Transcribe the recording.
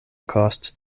cost